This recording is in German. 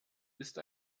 ist